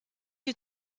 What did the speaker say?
you